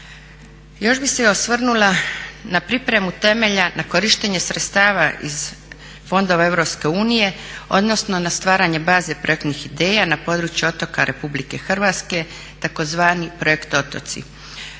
Još bih se osvrnula na pripremu temelja na korištenje sredstava iz fondova EU, odnosno na stvaranje baze projektnih ideja na području otoka RH tzv. "projekt otoci".